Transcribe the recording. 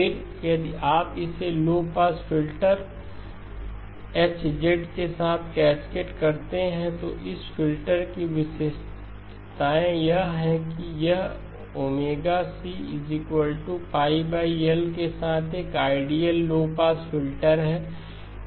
फिर यदि आप इसे लो पास फिल्टर H के साथ कैस्केडकरते हैं तो इस फिल्टर की विशिष्टतांऐ यह है कि यह ωcπL के साथ एक आइडियल लो पास फिल्टर है